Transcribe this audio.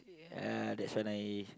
uh that's when I